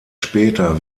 später